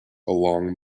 along